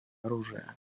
оружия